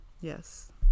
Yes